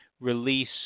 release